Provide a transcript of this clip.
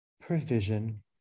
provision